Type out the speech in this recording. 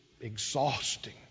exhausting